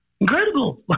Incredible